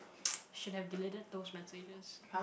should have deleted those messages